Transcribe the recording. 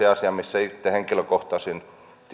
asia missä itse henkilökohtaisesti